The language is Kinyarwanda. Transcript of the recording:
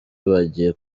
bagiye